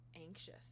anxious